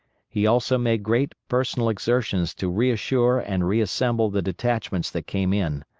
he also made great personal exertions to reassure and reassemble the detachments that came in.